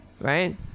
Right